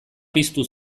piztu